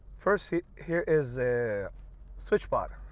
first. here is the switchpod.